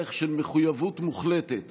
דרך של מחויבות מוחלטת